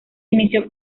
inició